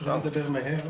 אני אדבר מהר.